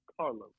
Carlos